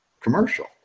commercial